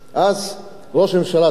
ראש הממשלה דאז